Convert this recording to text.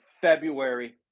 February